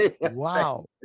Wow